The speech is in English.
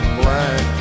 black